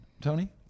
tony